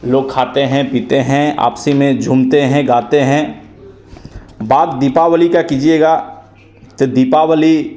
लोग खाते हैं पीते हैं आपस ही में झूमते हैं गाते हैं बात दीपावली का कीजिएगा तो दीपावली